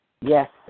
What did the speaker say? Yes